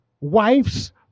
wife's